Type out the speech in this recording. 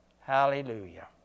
Hallelujah